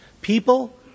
People